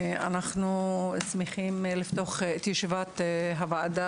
היום ה-24 במאי 2022. אנחנו שמחים לפתוח את ישיבת הוועדה